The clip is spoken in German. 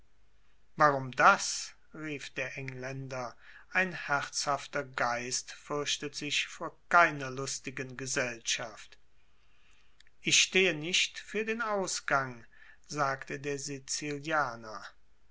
warum das rief der engländer ein herzhafter geist fürchtet sich vor keiner lustigen gesellschaft ich stehe nicht für den ausgang sagte der sizilianer